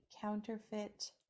counterfeit